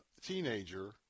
teenager